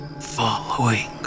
following